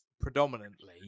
predominantly